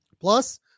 Plus